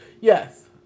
Yes